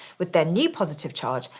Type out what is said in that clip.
with their new positive charge,